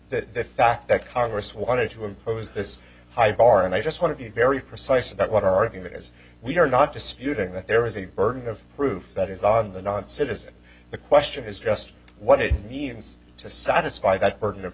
that the fact that congress wanted to impose this high bar and i just want to be very precise about what our argument is we are not disputing that there is a burden of proof that is on the non citizen the question is just what it means to satisfy that burden of